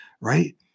right